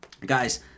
Guys